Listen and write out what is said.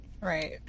Right